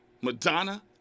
Madonna